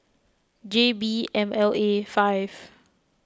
J B M L A five